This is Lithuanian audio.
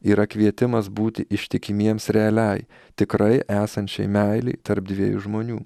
yra kvietimas būti ištikimiems realiai tikrai esančiai meilei tarp dviejų žmonių